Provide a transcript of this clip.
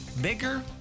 bigger